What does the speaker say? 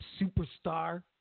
superstar